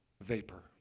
vapor